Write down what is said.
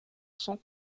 sans